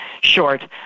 short